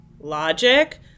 logic